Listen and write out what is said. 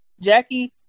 Jackie